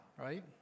right